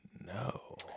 no